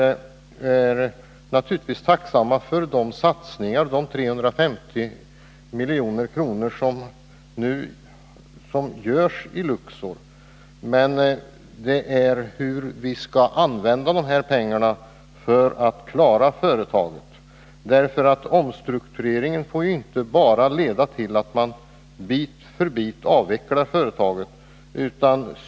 Vi är naturligtvis tacksamma för den satsning på 350 milj.kr. som nu görs i Luxor — det är inte den vi är kritiska till utan bristen på planer för hur de pengarna skall användas till att klara företaget. Omstruktureringen får inte bara leda till att man bit för bit avvecklar företaget.